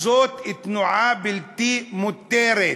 זאת תנועה בלתי-מותרת.